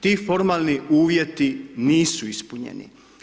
Ti formalni uvjeti nisu ispunjeni.